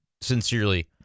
sincerely